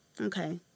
Okay